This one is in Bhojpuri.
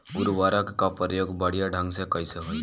उर्वरक क प्रयोग बढ़िया ढंग से कईसे होई?